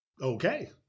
okay